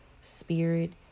spirit